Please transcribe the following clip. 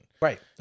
Right